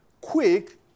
quick